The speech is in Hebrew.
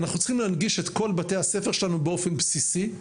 אנחנו צריכים להנגיש את כל בתי הספר שלנו באופן בסיסי.